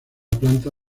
planta